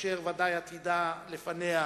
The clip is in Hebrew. אשר ודאי עתידה לפניה,